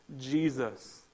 Jesus